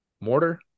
Mortar